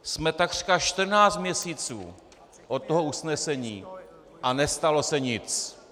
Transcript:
Jsme takřka 14 měsíců od toho usnesení a nestalo se nic!